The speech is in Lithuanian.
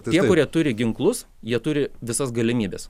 tie kurie turi ginklus jie turi visas galimybes